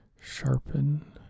sharpen